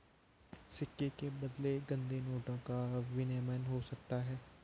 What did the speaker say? सिक्के के बदले गंदे नोटों का विनिमय हो सकता है